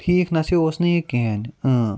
ٹھیٖک نَسا اوس نہٕ یہِ کینٛہہ